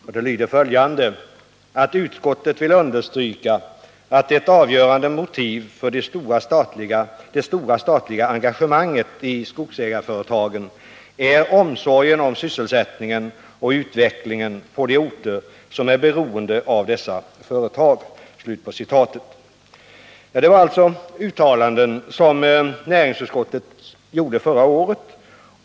Citatet lyder: ”Utskottet vill understryka att ett avgörande motiv för det stora statliga engagemanget i skogsägareföretagen är omsorgen om elsättningen och utvecklingen på de orter som är beroende av dessa företag.” Detta var alltså ett uttalande av näringsutskottet förra året.